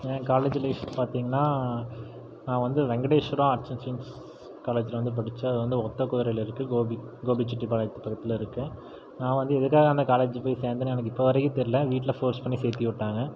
ஏன் college life பார்த்தீங்கன்னா நான் வந்து வெங்கடேஸ்வரா ஆர்ட்ஸ் அண்ட் சயின்ஸ் காலேஜில் வந்து படிச்சேன் அது வந்து ஒத்தக்குதிரையில இருக்கு கோபி கோபிச்செட்டிப்பாளையத்துக்கு பக்கத்தில் இருக்கு நான் வந்து எதுக்காக அந்த காலேஜ் போய் சேர்ந்தேன்னு எனக்கு இப்போ வரைக்கும் தெரில வீட்டில் ஃபோர்ஸ் பண்ணி சேர்த்திவுட்டாங்க